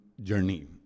journey